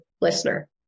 listener